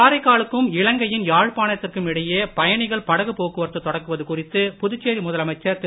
காரைக்காலுக்கும் இலங்கையின் யாழ்பானத்திற்கும் இடையே பயணிகள் படகுப் போக்குவரத்து தொடக்குவது குறித்து புதுச்சேரி முதலமைச்சர் திரு